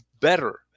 better